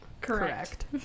Correct